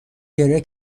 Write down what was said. گریه